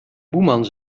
boeman